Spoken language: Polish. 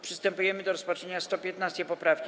Przystępujemy do rozpatrzenia 115. poprawki.